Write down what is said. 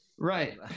right